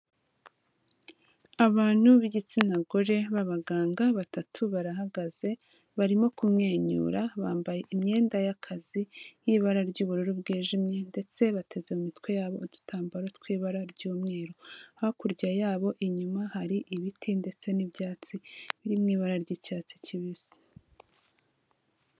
Abantu b'igitsina gore b'abaganga batatu barahagaze barimo kumwenyura, bambaye imyenda y'akazi y'ibara ry'ubururu bwijimye ndetse bateze mu mitwe yabo udutambaro twibara ry'umweru, hakurya yabo inyuma hari ibiti ndetse n'ibyatsi biri mu ibara ry'icyatsi kibisi.